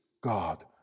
God